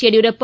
Yediyurappa